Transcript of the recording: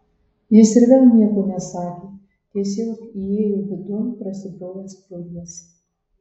jis ir vėl nieko nesakė tiesiog įėjo vidun prasibrovęs pro juos